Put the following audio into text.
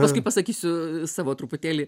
paskui pasakysiu savo truputėlį